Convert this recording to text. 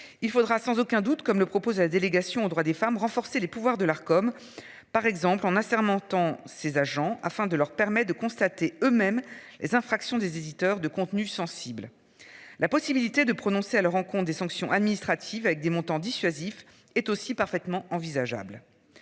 Il faudra sans aucun doute, comme le propose la délégation aux droits des femmes, renforcer les pouvoirs de l'Arcom. Par exemple on insère montant ces agents afin de leur permet de constater eux-mêmes les infractions des éditeurs de contenu sensible la possibilité de prononcer elle rencontre des sanctions administratives avec des montants dissuasif est aussi parfaitement envisageable.